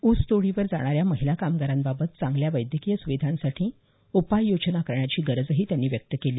ऊसतोडीवर जाणाऱ्या महिला कामगारांबाबत चांगल्या वैद्यकीय सुविधांसाठी उपाययोजना करण्याची गरजही त्यांनी व्यक्त केली